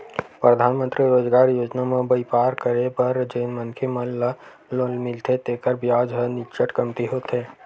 परधानमंतरी रोजगार योजना म बइपार करे बर जेन मनखे मन ल लोन मिलथे तेखर बियाज ह नीचट कमती होथे